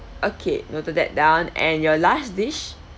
okay noted that down and your last dish